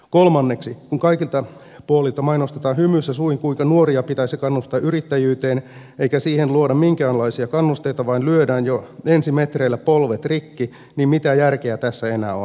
kolmanneksi kun kaikilta puolilta mainostetaan hymyssä suin kuinka nuoria pitäisi kannustaa yrittäjyyteen eikä siihen luoda minkäänlaisia kannusteita vaan lyödään jo ensimetreillä polvet rikki niin mitä järkeä tässä enää on